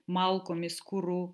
malkomis kuru